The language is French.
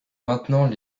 maintenant